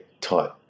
tight